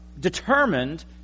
determined